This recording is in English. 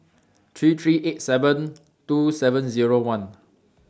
three three eight seven two seven Zero one